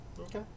Okay